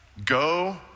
Go